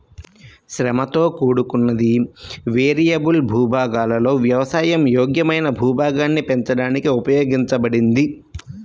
శ్రమతో కూడుకున్నది, వేరియబుల్ భూభాగాలలో వ్యవసాయ యోగ్యమైన భూభాగాన్ని పెంచడానికి ఉపయోగించబడింది